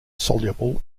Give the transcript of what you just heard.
soluble